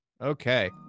Okay